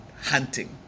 hunting